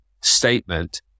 statement